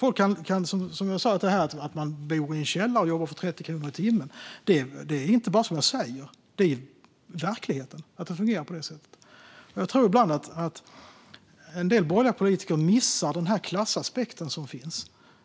Människor bor i källare och jobbar för 30 kronor i timmen. Det är inte bara som jag säger. Det är verkligheten att det fungerar på det sättet. Jag tror ibland att en del borgerliga politiker missar den klassaspekt som finns.